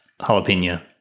jalapeno